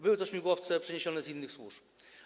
Były to śmigłowce przeniesione z innych służb.